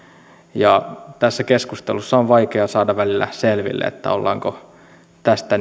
ja tässä keskustelussa on vaikea saada välillä selville ollaanko tästä